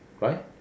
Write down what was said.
Right